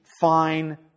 fine